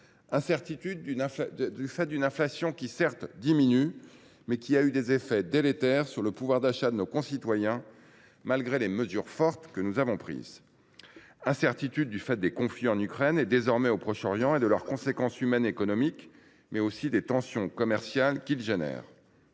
Incertitudes du fait d’une inflation, qui, certes, diminue, mais qui a eu des effets délétères sur le pouvoir d’achat de nos concitoyens malgré les mesures fortes que nous avons prises. Incertitudes du fait des conflits en Ukraine et désormais au Proche Orient, et de leurs conséquences humaines et économiques, mais aussi des tensions commerciales qu’ils entraînent.